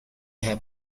have